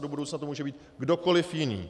Do budoucna to může být kdokoli jiný.